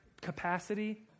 capacity